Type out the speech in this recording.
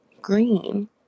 green